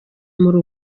muri